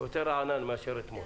יותר רענן מאשר אתמול.